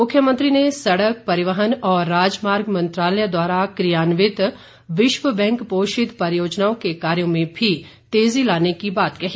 मुख्यमंत्री ने सड़क परिवहन और राजमार्ग मंत्रालय द्वारा कियान्वित विश्व बैंक पोषित परियोजनाओं के कार्यों में भी तेजी लाने की बात कही